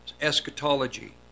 eschatology